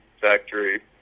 factory